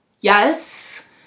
Yes